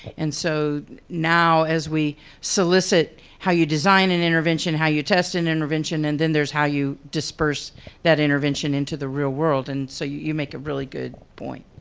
and so now as we solicit how you design an intervention, how you test an intervention and then there's how you disperse that intervention into the real world. and so you make it really good point.